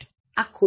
આ ખોટું છે